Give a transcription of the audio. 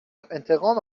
انتقام